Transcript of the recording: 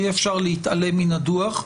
אי אפשר להתעלם מן הדוח,